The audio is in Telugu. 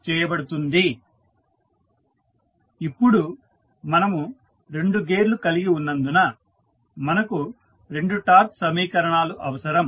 స్లైడ్ సమయం 2338 చూడండి ఇప్పుడు మనము 2 గేర్లు కలిగి ఉన్నందున మనకు 2 టార్క్ సమీకరణాలు అవసరం